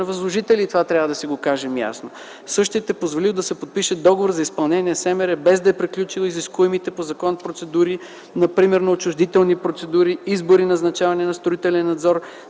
на възложителя. Това трябва да си го кажем ясно! Същият е позволил да се подпише договор за изпълнение на СМР, без да са приключили изискуемите по закон процедури, примерно отчуждителни процедури, избор и назначаване на строителен надзор,